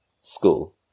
school